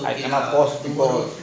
I cannot force people